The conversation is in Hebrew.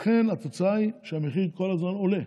לכן, התוצאה היא שהמחיר כל הזמן עולה.